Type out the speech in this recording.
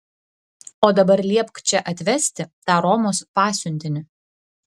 o dabar liepk čia atvesti tą romos pasiuntinį